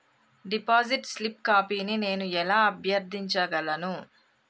Deposit slip కాపీని నేను ఎలా అభ్యర్థించగలను?